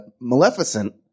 Maleficent